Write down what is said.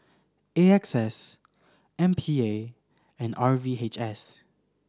A X S M P A and R V H S